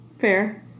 Fair